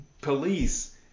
Police